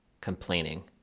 complaining